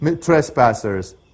trespassers